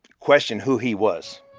question who he was.